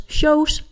shows